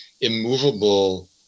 immovable